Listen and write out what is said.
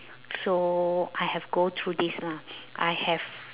so I have go through this lah I have